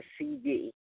CD